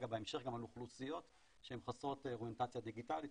בהמשך גם על אוכלוסיות שהן חסרות אוריינטציה דיגיטלית,